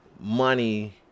money